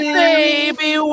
baby